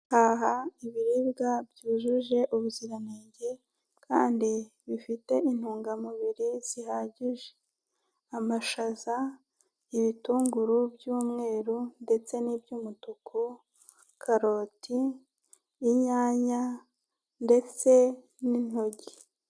Haha ibiribwa byujuje ubuziranenge kandi bifite intungamubiri zihagije amashaza ,ibitunguru by'umweru ndetse ni by'umutuku, karoti, inyanya ndetse n'intoryi.